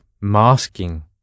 masking